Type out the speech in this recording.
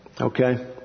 Okay